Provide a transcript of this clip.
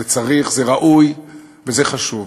צריך את זה, זה ראוי וזה חשוב,